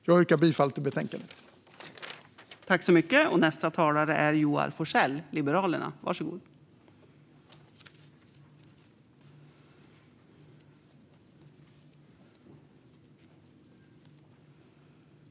Jag yrkar bifall till förslaget i betänkandet.